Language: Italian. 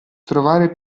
trovare